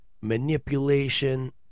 manipulation